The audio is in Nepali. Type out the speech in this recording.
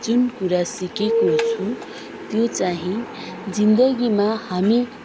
जुन कुरा सिकेको छु त्यो चाहिँ जिन्दगीमा हामी